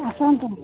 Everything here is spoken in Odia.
ଆସନ୍ତୁ